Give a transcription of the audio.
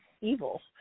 evil